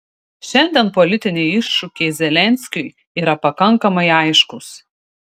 šiandien politiniai iššūkiai zelenskiui yra pakankamai aiškūs